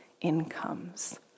incomes